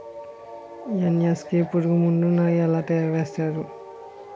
NSK పురుగు మందు ను ఎలా తయారు చేస్తారు?